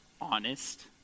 Honest